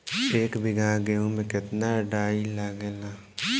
एक बीगहा गेहूं में केतना डाई लागेला?